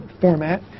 format